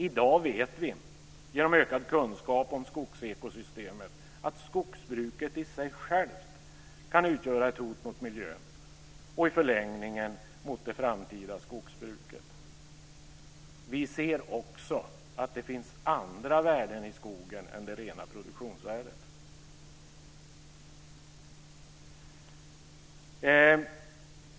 I dag vet vi genom ökad kunskap om skogsekosystemet att skogsbruket i sig självt kan utgöra ett hot mot miljön och i förlängningen mot det framtida skogsbruket. Vi ser också att det finns andra värden i skogen än det rena produktionsvärdet.